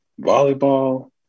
volleyball